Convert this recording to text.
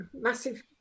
massive